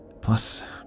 plus